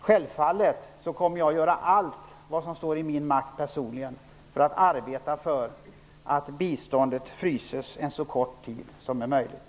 Självfallet kommer jag personligen att göra allt som står i min makt för att biståndet fryses under så kort tid som möjligt.